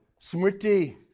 Smriti